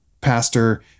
pastor